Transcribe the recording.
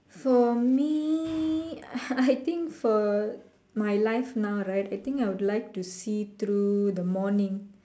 for me I think for my life now right I think I would like to see through the morning